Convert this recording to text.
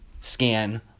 scan